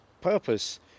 purpose